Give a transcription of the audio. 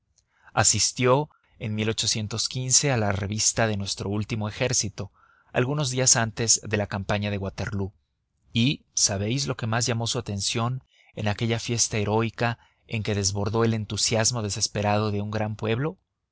asistió en a la revista de nuestro último ejército algunos días antes de la campaña de waterloo y sabéis lo que más llamó su atención en aquella fiesta heroica en que se desbordó el entusiasmo desesperado de un gran pueblo